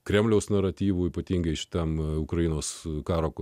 kremliaus naratyvų ypatingai stambų ukrainos karo